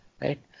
right